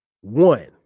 One